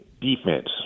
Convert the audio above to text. defense